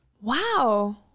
Wow